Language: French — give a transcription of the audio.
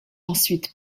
ensuite